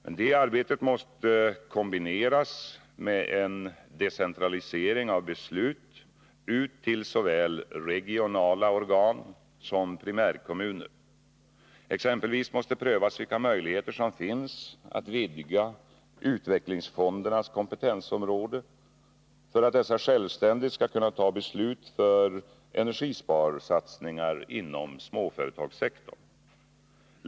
Men det arbetet måste kombineras med en decentralisering av beslut ut till såväl regionala organ som primärkommuner. Exempelvis måste prövas vilka möjligheter som finns att vidga utvecklingsfondernas kompetensområde för att dessa självständigt skall kunna ta beslut för energisparsatsningar inom småföretagssektorn.